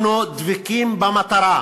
אנחנו דבקים במטרה.